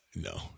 no